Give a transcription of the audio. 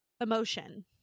emotion